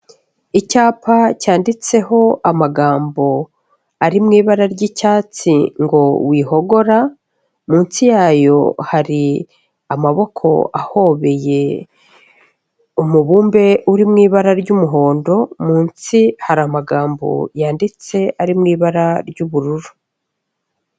Icyapa cyanditseho amagambo ari mu ibara ry'icyatsi ngo wihogora, munsi yayo hari amaboko ahobeye umubumbe uri mu ibara ry'umuhondo, munsi hari amagambo yanditse ari mu ibara ry'ubururu.